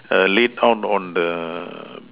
the late horns on the